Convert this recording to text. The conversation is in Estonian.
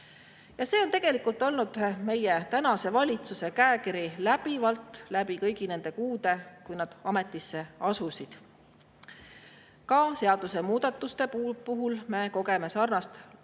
See on tegelikult olnud meie tänase valitsuse käekiri läbi kõigi nende kuude, kui nad ametis [on olnud]. Ka seadusemuudatuste puhul me kogeme sarnast